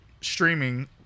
Streaming